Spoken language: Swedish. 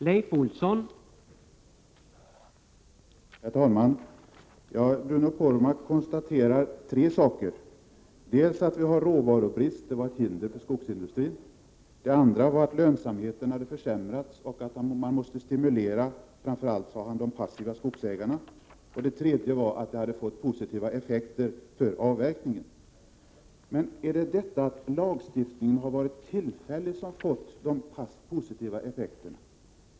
Herr talman! Bruno Poromaa konstaterar tre saker: för det första att vi har råvarubrist, något som är till hinder för skogsindustrin, för det andra att lönsamheten försämrats och att man måste stimulera framför allt de passiva skogsägarna och för det tredje att lagstiftningen om avsättning på skogskonto fått positiva effekter på avverkningen. Men är det lagstiftningens tillfällighetskaraktär som gett dessa positiva effekter?